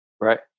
right